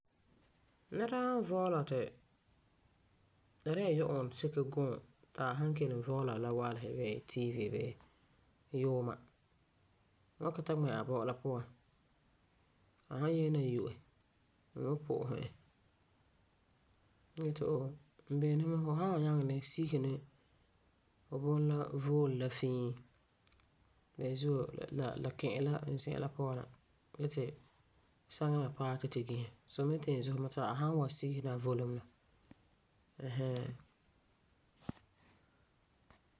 Nɛra san vɔɔla ti la dɛna yu'uŋɔ seke gurum ti a kelum vɔɔla la Walesi, bee TV bee bee yuuma, n wan kiŋɛ ta a bɔ'ɔ la puan. A san yese na yu'e, n wan pu'usɛ e. N wan yeti oh, n beleni fu mɛ fu san wan nyaŋɛ sigese ni fu bunɔ la voole la fiin. Beni zuo la ki'iri la n zi'an la puan na gee ti saŋa me paɛ ti tu gise. So mam yeti zusɛ mɛ ti a san wan sigese ni a volum la. Ɛɛn hɛɛn.